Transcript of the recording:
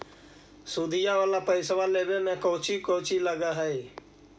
सुदिया वाला पैसबा लेबे में कोची कोची लगहय?